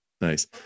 Nice